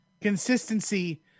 consistency